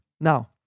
Now